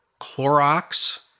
Clorox